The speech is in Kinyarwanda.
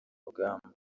rugamba